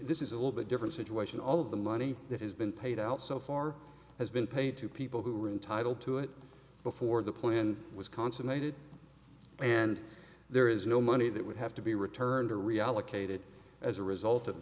this is a little bit different situation all of the money that has been paid out so far has been paid to people who are entitled to it before the plan was consummated and there is no money that would have to be returned or reallocated as a result of